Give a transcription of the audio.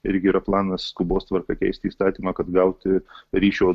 irgi yra planas skubos tvarka keisti įstatymą kad gauti ryšio